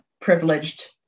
privileged